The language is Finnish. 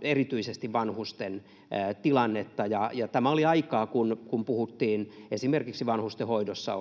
erityisesti vanhusten tilannetta. Tämä oli aikaa, kun puhuttiin esimerkiksi vanhustenhoidossa